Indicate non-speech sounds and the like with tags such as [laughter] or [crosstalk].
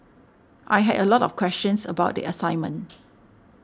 I had a lot of questions about the assignment [noise]